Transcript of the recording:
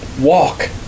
Walk